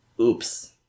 Oops